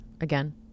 again